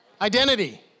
Identity